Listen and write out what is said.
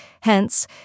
Hence